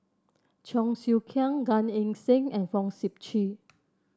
Cheong Siew Keong Gan Eng Seng and Fong Sip Chee